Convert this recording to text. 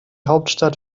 hauptstadt